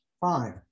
Five